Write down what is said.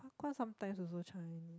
quite sometimes also Chinese